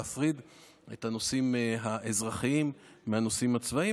וזה להפריד את הנושאים האזרחיים מהנושאים הצבאיים,